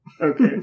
Okay